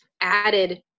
added